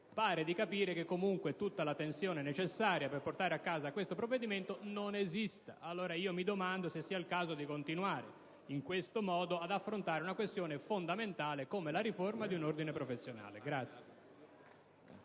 sembra di capire che, comunque, tutta la tensione necessaria per concludere l'*iter* di questo provvedimento non esista. Io mi domando allora se sia il caso di continuare in questo modo ad affrontare una questione fondamentale come la riforma di un ordine professionale.